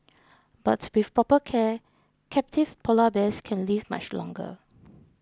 but with proper care captive Polar Bears can live much longer